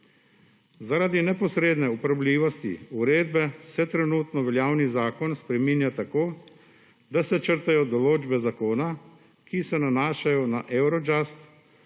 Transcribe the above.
Zaradi neposredne uporabljivosti uredbe se trenutno veljavni zakon spreminja tako, da se črtajo določbe zakona, ki se nanašajo na Eurojust,